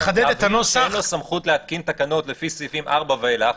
אין לו סמכות להתקין תקנות לפי סעיפים 4 ואילך.